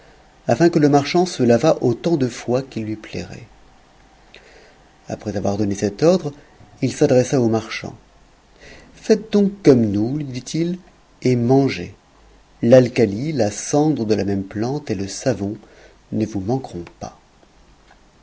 afin que le marchand se lavât autant de fois qu'il lui plairait après avoir donné cet ordre il s'adressa au marchand faites donc comme nous lui dit-il et mangez l'alcali la cendre de la même plante et le savon ne vous manqueront pas